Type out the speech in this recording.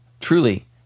truly